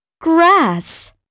grass